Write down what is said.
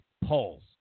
polls